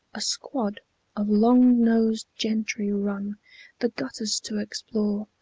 a squad of long-nosed gentry run the gutters to explore,